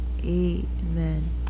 amen